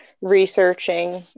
researching